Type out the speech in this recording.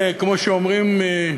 כמו שאומרים,